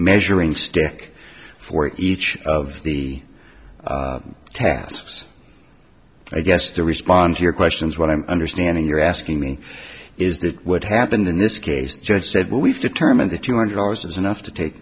measuring stick for each of the tasks i guess to respond to your questions what i'm understanding you're asking me is that what happened in this case you had said what we've determined the two hundred dollars is enough to take